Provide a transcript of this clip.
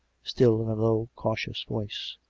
still in a low, cautious voice.